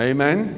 Amen